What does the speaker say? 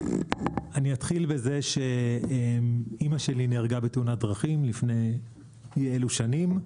אני אתחיל בזה שאימא שלי נהרגה בתאונת דרכים לפני אי אלו שנים.